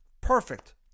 Perfect